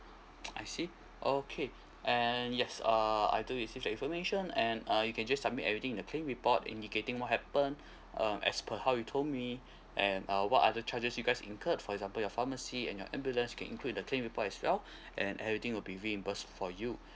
I see okay and yes uh I do received the information and uh you can just submit everything in the claim report indicating what happened um as per how you told me and uh what are the charges you guys incurred for example your pharmacy and your ambulance can include in the claim report as well and everything will be reimbursed for you